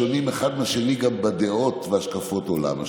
שונים אחד מהשני גם בדעות ובהשקפות עולם,